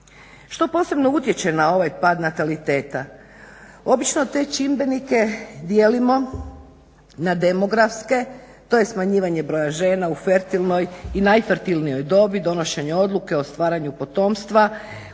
Što posebno utječe na ovaj pad nataliteta? Obično te čimbenike dijelimo na demografske, to je smanjivanje broja žena u fertilnoj i najfertilnijoj dobi, donošenje odluke o stvaranju potomstva,